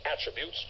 attributes